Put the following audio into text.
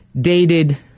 Dated